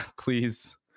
please